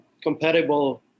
compatible